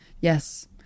Yes